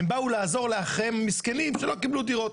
הם באו לעזור לאחיהם המסכנים שלא קיבלו דירות.